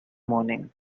morning